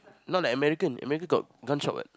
not like American America Got gunshot what